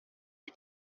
est